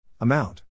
Amount